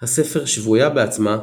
הספר "שבויה בעצמה,